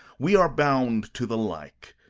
we are bound to the like.